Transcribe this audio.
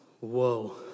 Whoa